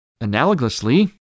analogously